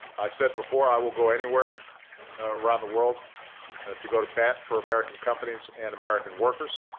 i've said before, i will go anywhere around the world to go to bat for american companies and american workers.